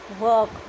Work